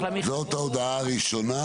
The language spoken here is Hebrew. זאת ההודעה הראשונה